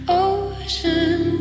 ocean